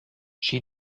she